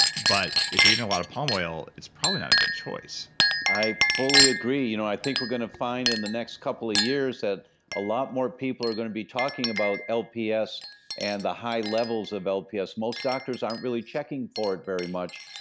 but if you're eating a lot of palm oil, it's probably not a good choice i fully agree. you know i think we're going to find in the next couple of years that a lot more people are going to be talking about lps and the high levels of lps. most doctors aren't really checking for it very much.